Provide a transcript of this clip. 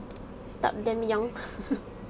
start them young